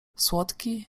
słodki